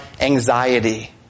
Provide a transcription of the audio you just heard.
anxiety